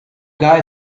guy